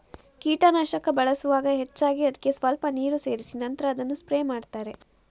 ಕೀಟನಾಶಕ ಬಳಸುವಾಗ ಹೆಚ್ಚಾಗಿ ಅದ್ಕೆ ಸ್ವಲ್ಪ ನೀರು ಸೇರಿಸಿ ನಂತ್ರ ಅದನ್ನ ಸ್ಪ್ರೇ ಮಾಡ್ತಾರೆ